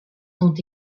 sont